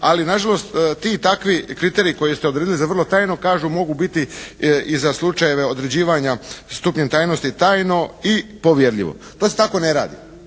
ali na žalost ti takvi kriteriji koje ste odredili za vrlo tajno kažu mogu biti i za slučajeve određivanja stupnjem tajnosti tajno i povjerljivo. To se tako ne radi.